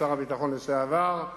שר הביטחון לשעבר,